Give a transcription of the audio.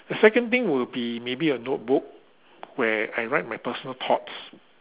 the second thing will be maybe a notebook where I write my personal thoughts